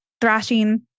thrashing